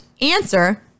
answer